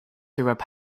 through